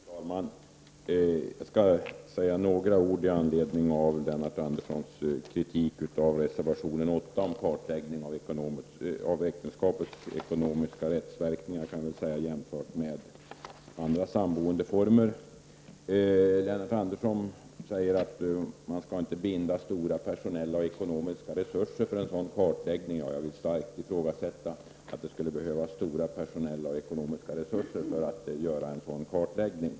Fru talman! Jag skall säga några ord med anledning av Lennart Anderssons kritik av reservation 8 om en kartläggning av äktenskapets ekonomiska rättsverkningar jämfört med andra samlevnadsformer. Lennart Andersson säger att man inte skall binda stora personella och ekonomiska resurser för en sådan kartläggning. Jag vill starkt ifrågasätta att det skulle behövas stora personella och ekonomiska resurser för att göra en sådan kartläggning.